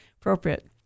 appropriate